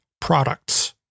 products